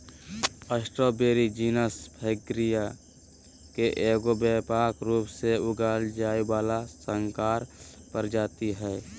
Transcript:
strawberry genus Fragaria के एगो व्यापक रूप से उगाल जाय वला संकर प्रजाति हइ